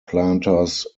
planters